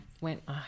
went